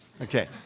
Okay